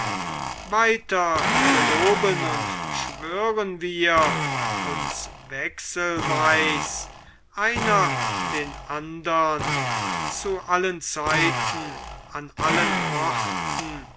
weiter geloben und schwören wir uns wechselsweis einer den andern zu allen zeiten an allen orten